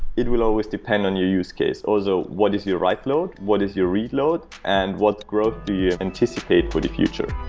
it will always depend on your use case. also, what is your write load, what is your read load, and what growth do you anticipate for the future